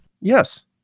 Yes